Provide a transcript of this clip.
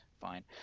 fine